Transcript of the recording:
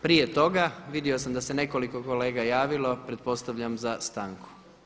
Prije toga, vidio sam da se nekoliko kolega javilo, pretpostavljam za stanku.